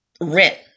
rent